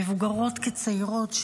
מבוגרות כצעירות,